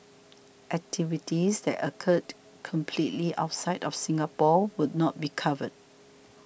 activities that occurred completely outside of Singapore would not be covered